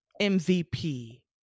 MVP